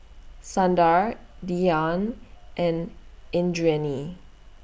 Sundar Dhyan and Indranee